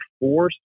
force